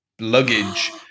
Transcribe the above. luggage